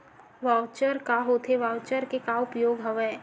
Voucher का होथे voucher के का उपयोग हवय?